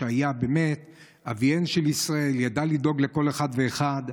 שהיה באמת אביהם של ישראל וידע לדאוג לכל אחד ואחד.